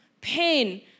pain